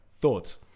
Thoughts